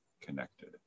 connected